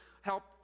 help